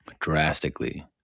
drastically